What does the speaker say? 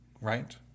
right